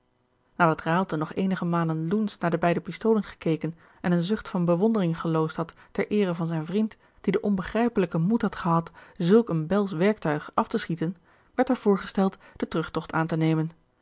nog eenige malen loensch naar de beide pistolen gekeken en eene zucht van bewondering geloosd had ter eere van zijn vriend die den onbegrijpelijken moed had gehad zulk een belsch werktuig af te schieten werd er voorgesteld den terugtogt aan te nemen